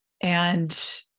And-